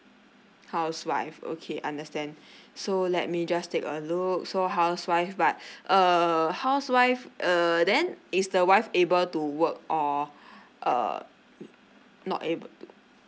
housewife okay understand so let me just take a look so housewife but err housewife err then is the wife able to work or uh not able to